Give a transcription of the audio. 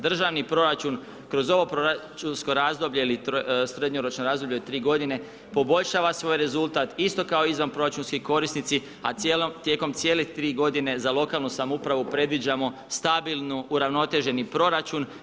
Državni proračun kroz ovo proračunsko razdoblje ili srednjoročno razdoblje od 3 g. poboljšava svoj rezultat isto kao izvanproračunski korisnici, a tijekom cijelih 3 g. za lokalnu samoupravu predviđamo stabilnu, uravnoteženi proračun.